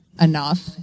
enough